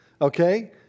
okay